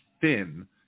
thin